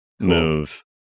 move